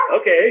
Okay